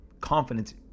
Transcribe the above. confidence